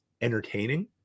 entertaining